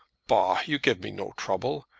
bah! you give me no trouble.